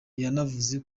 yanavuze